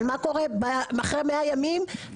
אבל מה קורה אחרי 100 ימים,